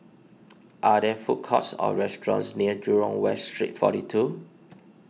are there food courts or restaurants near Jurong West Street forty two